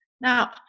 Now